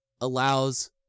allows